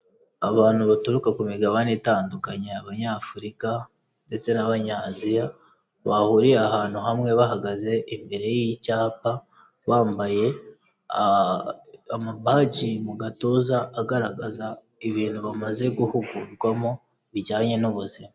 Abantu baturuka ku migabane itandukanye abanyafurika ndetse n'abanyaziya bahuriye ahantu hamwe bahagaze imbere y'icyapa, bambaye amabadge mu gatuza, agaragaza ibintu bamaze guhugurwamo bijyanye n'ubuzima.